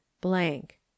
blank